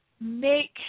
make